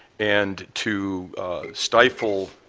and to stifle